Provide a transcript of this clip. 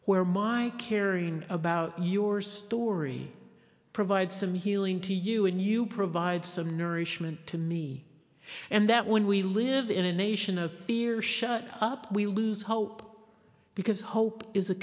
where my caring about your story provides some healing to you and you provide some nourishment to me and that when we live in a nation of fear shut up we lose hope because